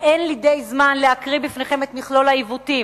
אין לי די זמן להקריא בפניכם את מכלול העיוותים,